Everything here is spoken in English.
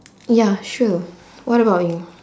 ya sure what about you